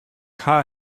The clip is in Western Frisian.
haw